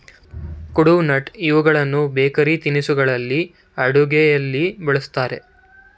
ಕುಡ್ಪನಟ್ ಇವುಗಳನ್ನು ಬೇಕರಿ ತಿನಿಸುಗಳಲ್ಲಿ, ಅಡುಗೆಯಲ್ಲಿ ಬಳ್ಸತ್ತರೆ